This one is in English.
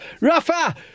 Rafa